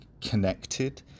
connected